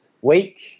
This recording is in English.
week